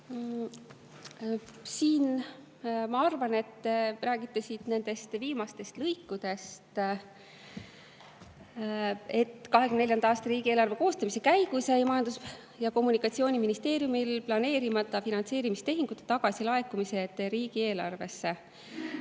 suur. Ma arvan, et te räägite sellest viimasest lõigust: "2024. aasta riigieelarve koostamise käigus jäi Majandus‑ ja Kommunikatsiooniministeeriumil planeerimata finantseerimistehingute tagasilaekumised riigieelarvesse.